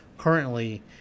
currently